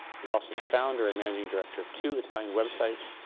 he is also the founder and managing director of two italian websites,